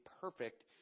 perfect